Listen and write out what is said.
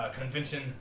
convention